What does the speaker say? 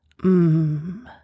mmm